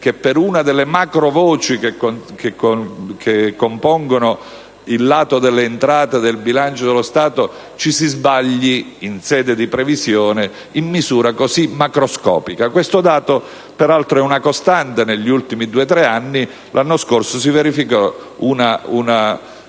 che per una delle macrovoci che compongono il lato delle entrate del bilancio dello Stato ci si sbagli in sede di previsione in misura tanto macroscopica? Questo dato peraltro è una costante negli ultimi 2-3 anni. L'anno scorso si verificò uno